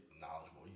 knowledgeable